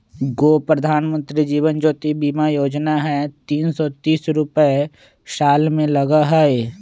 गो प्रधानमंत्री जीवन ज्योति बीमा योजना है तीन सौ तीस रुपए साल में लगहई?